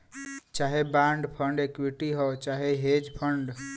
चाहे bond fund equity हौ चाहे हेज फ़ंड